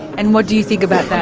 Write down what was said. and what do you think about